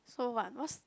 so what what's